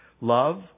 love